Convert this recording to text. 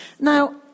Now